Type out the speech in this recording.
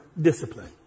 discipline